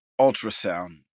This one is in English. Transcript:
ultrasound